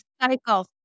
cycle